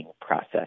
process